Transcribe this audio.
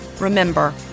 Remember